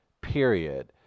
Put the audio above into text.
period